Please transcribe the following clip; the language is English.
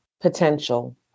potential